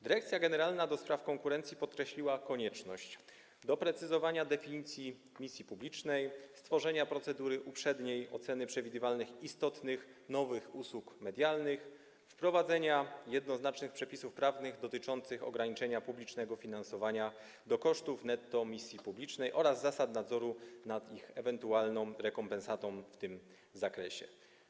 Dyrekcja Generalna ds. Konkurencji podkreśliła konieczność doprecyzowania definicji misji publicznej, stworzenia procedury uprzedniej oceny przewidywalnych istotnych nowych usług medialnych, wprowadzenia jednoznacznych przepisów prawnych dotyczących ograniczenia publicznego finansowania do kosztów netto misji publicznej oraz zasad nadzoru nad ich ewentualną rekompensatą w tym zakresie.